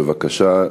בבקשה,